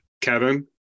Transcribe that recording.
Kevin